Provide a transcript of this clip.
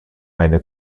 eine